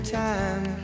time